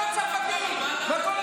ואתה צריך ללמוד את השפה, לא נכון, בעולם.